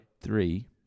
three